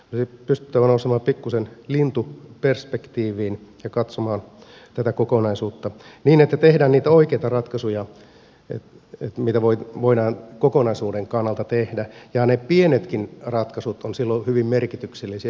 olisi pystyttävä nousemaan pikkuisen lintuperspektiiviin ja katsomaan tätä kokonaisuutta niin että tehdään niitä oikeita ratkaisuja mitä voidaan kokonaisuuden kannalta tehdä ja ne pienetkin ratkaisut ovat silloin hyvin merkityksellisiä